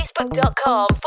Facebook.com